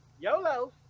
YOLO